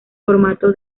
formato